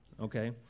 okay